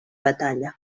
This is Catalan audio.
batalla